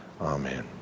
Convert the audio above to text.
Amen